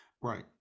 Right